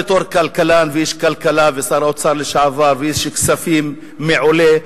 בתור כלכלן ואיש כלכלה ושר האוצר לשעבר ואיש כספים מעולה,